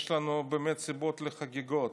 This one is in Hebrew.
יש לנו באמת סיבות לחגיגות.